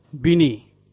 Bini